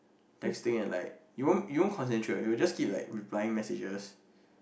texting and like you won't you won't concentrated you would just keep like replying messages